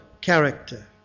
character